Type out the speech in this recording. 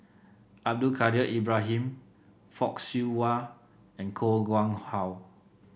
Abdul Kadir Ibrahim Fock Siew Wah and Koh Nguang How